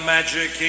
Magic